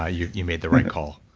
ah you you made the right call